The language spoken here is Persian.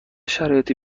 شرایطی